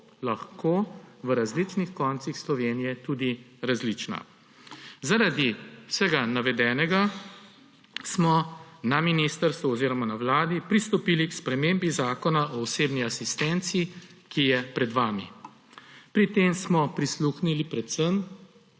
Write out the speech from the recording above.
lahko v različnih koncih Slovenije tudi različna. Zaradi vsega navedenega smo na ministrstvu oziroma na Vladi pristopili k spremembi Zakona o osebni asistenci, ki je pred vami. Pri tem smo prisluhnili predvsem